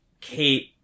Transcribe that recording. kate